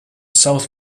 south